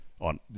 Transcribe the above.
on